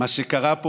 על מה שקרה פה